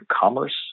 commerce